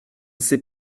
sais